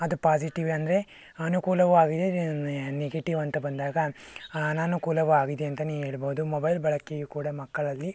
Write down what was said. ಅದು ಪಾಸಿಟಿವ್ ಅಂದರೆ ಅನುಕೂಲವು ಆಗಿದೆ ನೆಗೆಟಿವ್ ಅಂತ ಬಂದಾಗ ಅನಾನುಕೂಲವು ಆಗಿದೆ ಅಂತಲೇ ಹೇಳ್ಬೋದು ಮೊಬೈಲ್ ಬಳಕೆಯು ಕೂಡ ಮಕ್ಕಳಲ್ಲಿ